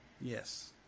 Yes